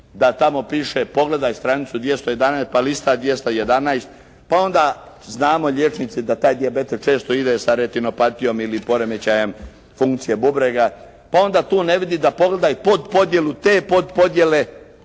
da tamo piše pogledaj stranicu 211 pa listaj 211, pa onda znamo liječnici da taj dijabetes često ide sa retinopatijom ili poremećajem funkcije bubrega. Pa onda tu ne vidi da pogledaj podpodjelu te podpodjele